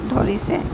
ধৰিছে